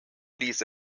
ließ